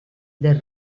del